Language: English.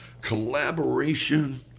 collaboration